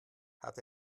hat